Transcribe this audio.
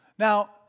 Now